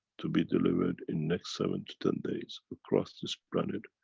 to be delivered in next seven ten days across this planet,